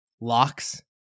locks